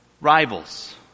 rivals